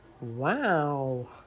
wow